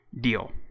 deal